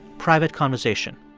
private conversation.